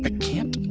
but can't.